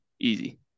Easy